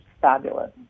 fabulous